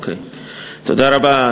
1 3. תודה רבה,